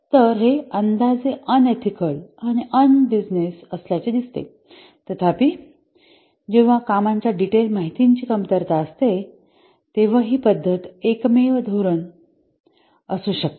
तर हे अंदाजे अनएथिकल आणि अनबिझनेस असल्याचे दिसते तथापि जेव्हा कामाच्या डिटेल माहितीची कमतरता असते तेव्हा ही पद्धत एकमेव योग्य धोरण असू शकते